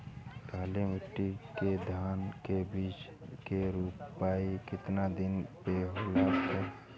काली मिट्टी के धान के बिज के रूपाई कितना दिन मे होवे के चाही?